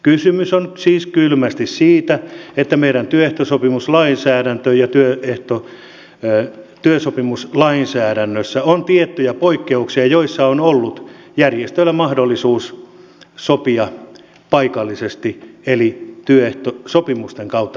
kysymys on siis kylmästi siitä että meidän työehtosopimuslainsäädännössä ja työsopimuslainsäädännössä on tiettyjä poikkeuksia joissa on ollut järjestöillä mahdollisuus sopia paikallisesti eli työehtosopimusten kautta toisin